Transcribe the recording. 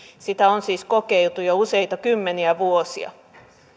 sitä on siis kokeiltu jo useita kymmeniä vuosia